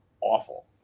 awful